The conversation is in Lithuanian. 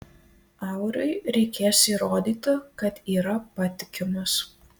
auriui reikės įrodyti kad yra patikimas